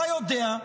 אתה יודע,